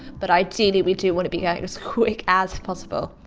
but ideally we do want to be going as quick as possible.